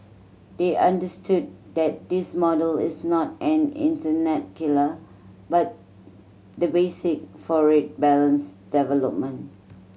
they understood that this model is not an internet killer but the basic for a balanced development